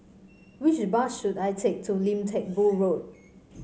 which bus should I take to Lim Teck Boo Road